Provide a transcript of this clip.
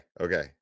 Okay